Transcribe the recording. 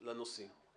לא.